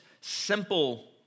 simple